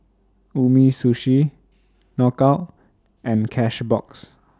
Umisushi Knockout and Cashbox